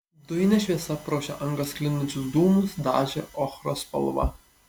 dujinė šviesa pro šią angą sklindančius dūmus dažė ochros spalva